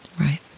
Right